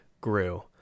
grew